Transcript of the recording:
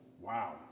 Wow